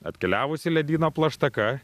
atkeliavusi ledyno plaštaka